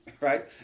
right